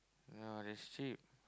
yeah that's cheap